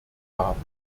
haben